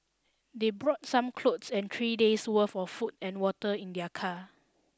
they brought some clothes and three days worth of food and water in their car